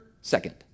second